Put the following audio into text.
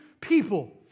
people